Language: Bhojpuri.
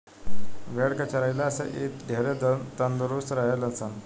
भेड़ के चरइला से इ ढेरे तंदुरुस्त रहे ले सन